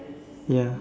ya